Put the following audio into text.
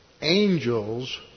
angels